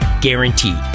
Guaranteed